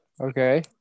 Okay